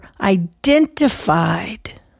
identified